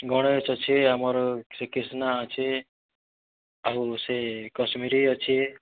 ଗଣେଶ ଅଛେ ଆମର୍ ଶ୍ରୀକ୍ରିଷ୍ଣା ଅଛେ ଆଉ ସେ କଶ୍ମୀରୀ ଅଛି